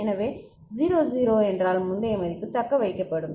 எனவே 0 0 என்றால் முந்தைய மதிப்பு தக்கவைக்கப்படும்